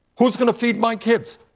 who's going to feed my kids?